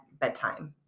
bedtime